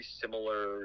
similar